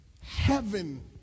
heaven